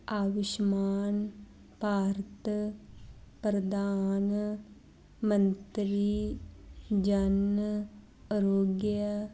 Ayushman Bharat Pradhan Mantri Jan Arogya